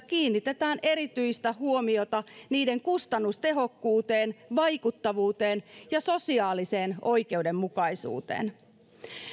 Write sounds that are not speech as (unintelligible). (unintelligible) kiinnitetään erityistä huomiota niiden kustannustehokkuuteen vaikuttavuuteen ja sosiaaliseen oikeudenmukaisuuteen